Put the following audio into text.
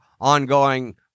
ongoing